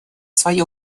свое